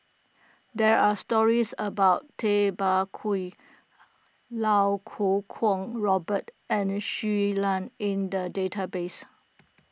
there are stories about Tay Bak Koi Iau Kuo Kwong Robert and Shui Lan in the database